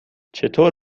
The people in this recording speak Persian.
چطور